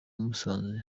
musanze